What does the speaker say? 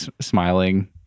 smiling